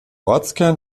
ortskern